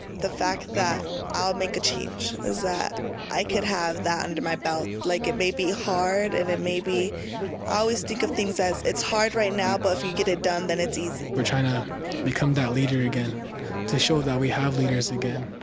the fact that i'll make a change is that i can have that and under my belt. like it may be hard and it may be i always think of things as it's hard right now, but if you get it done, then it's easy. we're trying to become that leader again to show that we have leaders again,